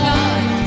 God